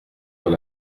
dans